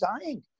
dying